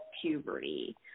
puberty